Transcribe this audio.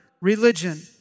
religion